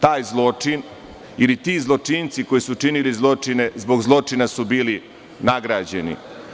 Taj zločin, ili ti zločinci koji su učinili zločine, bili su zbog zločina nagrađeni.